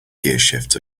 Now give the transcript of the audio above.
gearshifts